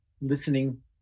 listening